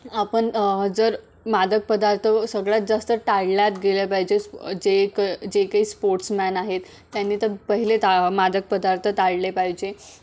आपन जर आ मादक पदार्थ सगळ्यात जास्त टाळल्या त गेल्या पाहिजे जे क जे काही स्पोर्ट्समॅन आहेत त्यांनी तर पहिले ता मादक पदार्थ टाळले पाहिजे